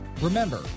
Remember